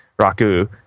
Raku